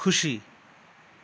खुसी